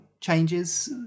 changes